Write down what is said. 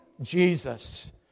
Jesus